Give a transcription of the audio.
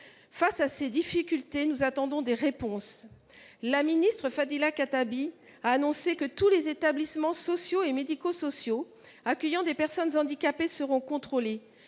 Face à ces difficultés, nous attendons des réponses. La ministre Fadila Khattabi a annoncé que tous les établissements sociaux et médico sociaux accueillant des personnes handicapées seront contrôlés